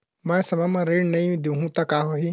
मैं समय म ऋण नहीं देहु त का होही